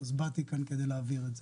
אז באתי לכאן כדי להבהיר את זה.